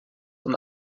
und